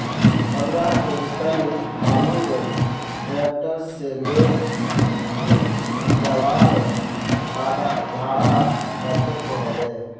पंद्रह कुंटल आलूर ट्रैक्टर से ले जवार भाड़ा कतेक होबे?